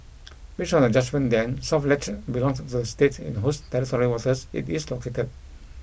based on the judgement then south ledge belonged to the state in shose territorial waters it is located